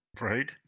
Right